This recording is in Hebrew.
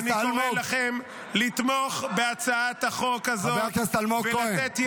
אני קורא לכם לתמוך בהצעת החוק הזאת -- חבר הכנסת אלמוג כהן,